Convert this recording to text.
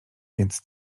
więc